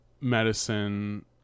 medicine